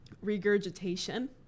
regurgitation